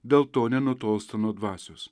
dėl to nenutolsta nuo dvasios